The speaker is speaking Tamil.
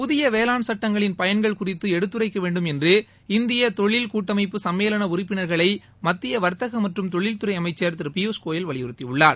புதிய வேளாண் சட்டங்களின் பயன்கள் குறித்து எடுத்துரைக்கவேண்டும் என்று இந்திய தொழில் கூட்டமைப்பு சும்மேளன உறுப்பினர்களை மத்திய வர்த்தக மற்றும் தொழில்துறை அமைச்சர் திரு பியூஷ்கோயல் வலியுறுத்தியுள்ளார்